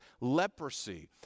leprosy